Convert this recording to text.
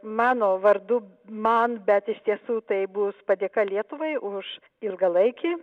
mano vardu man bet iš tiesų tai bus padėka lietuvai už ilgalaikį